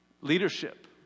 leadership